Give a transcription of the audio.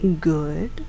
good